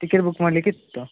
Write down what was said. ticket book ಮಾಡಲಿಕ್ಕಿತ್ತು